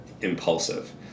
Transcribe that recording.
impulsive